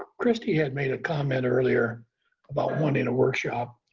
christie had made a comment earlier about wanting a workshop.